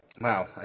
Wow